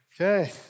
Okay